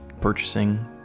purchasing